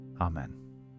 Amen